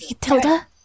Tilda